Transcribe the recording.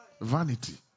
Vanity